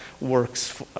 works